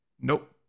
Nope